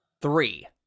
Three